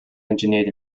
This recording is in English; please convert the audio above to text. engineered